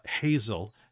Hazel